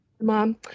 mom